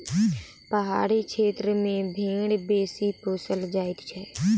पहाड़ी क्षेत्र मे भेंड़ बेसी पोसल जाइत छै